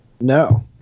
no